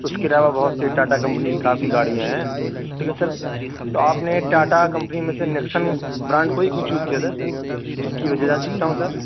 اس کے علاوہ بہت سی ٹاٹا کمپنی کی کافی گاڑیاں ہیں لیکن سر تو آپ نے ٹاٹا کمپنی میں سے نیکسن برانڈ کو ہی کیوں چوز کیا سر اس کی وجہ جان سکتا ہوں سر